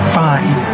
fine